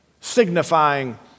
signifying